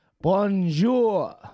Bonjour